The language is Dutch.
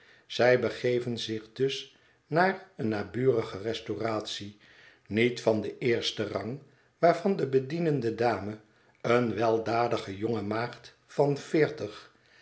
zij begeven zich dus naar eene naburige restauratie niet van den eersten rang waarvan de bedienende dame eene welgedane jonge maagd van veertig